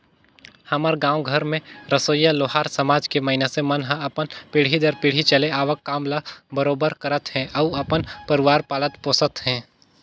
हमर गाँव घर में रहोइया लोहार समाज के मइनसे मन ह अपन पीढ़ी दर पीढ़ी चले आवक काम ल बरोबर करत हे अउ अपन परवार पालत पोसत हे